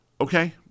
Okay